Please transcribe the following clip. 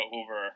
over